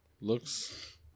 looks